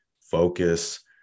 focus